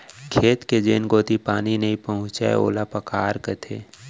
खेत के जेन कोती पानी नइ पहुँचय ओला पखार कथें